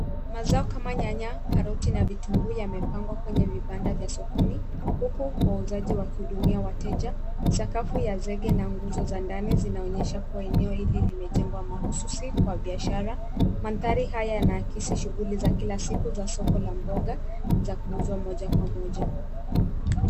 Mazao kama nyanya, karoti na vitunguu yamepangwa kwenye vibanda vya sokoni huku wauzaji wakihudumia wateja. Sakafu ya zege na nguzo za ndani zinaonyesha kuwa eneo hili limejengwa mahususi kwa biashara. Mandhari haya yanaakisi shughuli za kila siku za soko la mboga za kuuzwa moja kwa moja.